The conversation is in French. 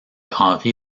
henri